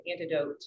antidote